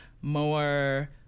more